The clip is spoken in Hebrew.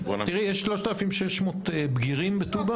תראי, יש 3,600 בגירים בטובא.